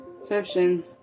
exception